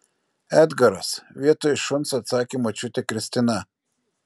edgaras vietoj šuns atsakė močiutė kristina